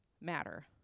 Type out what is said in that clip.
matter